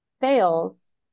fails